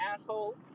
asshole